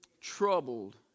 troubled